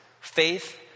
faith